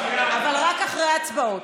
אבל רק אחרי ההצבעות.